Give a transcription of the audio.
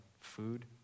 food